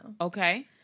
Okay